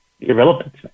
irrelevant